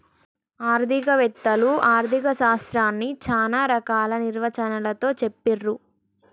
ఆర్థిక వేత్తలు ఆర్ధిక శాస్త్రాన్ని చానా రకాల నిర్వచనాలతో చెప్పిర్రు